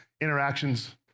interactions